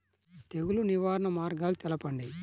తెగులు నివారణ మార్గాలు తెలపండి?